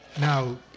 Now